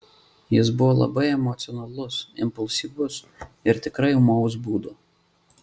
jis buvo labai emocionalus impulsyvus ir tikrai ūmaus būdo